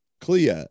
Clea